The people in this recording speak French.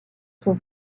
son